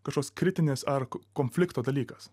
kažkoks kritinės ar konflikto dalykas